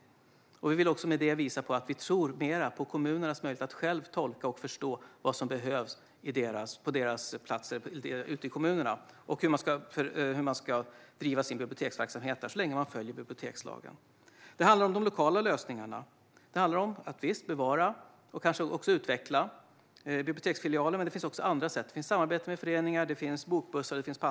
Med detta vill vi visa att vi tror mer på kommunernas möjlighet att själva tolka och förstå vad som behövs ute i kommunerna och hur man ska bedriva sin biblioteksverksamhet där, så länge bibliotekslagen följs. Det handlar om de lokala lösningarna. Det handlar om att bevara och kanske utveckla biblioteksfilialer. Det finns också andra sätt, såsom samarbete med föreningar och bokbussar.